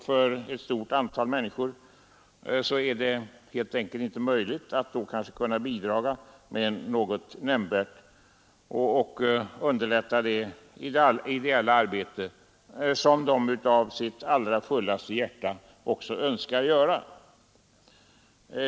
För ett stort antal människor är det i så fall helt enkelt inte möjligt att bidra något nämnvärt och därmed underlätta det ideella arbete som de av fullaste hjärta önskar stödja.